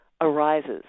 arises